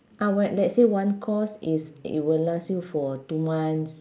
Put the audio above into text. ah what let's say one course is it will last you for two months